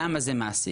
למה זה מעסיק?